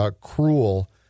cruel